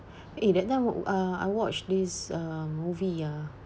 eh that time uh I watch this uh movie ah